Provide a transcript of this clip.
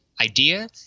idea